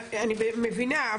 אני מבינה,